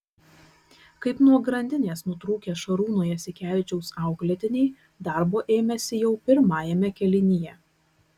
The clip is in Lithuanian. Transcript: kaip nuo grandinės nutrūkę šarūno jasikevičiaus auklėtiniai darbo ėmėsi jau pirmajame kėlinyje